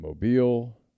Mobile